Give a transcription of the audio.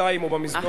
(קוראת בשמות חברי הכנסת) רוחמה אברהם-בלילא,